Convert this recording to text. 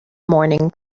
morning